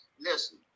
Listen